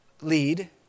lead